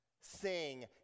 Sing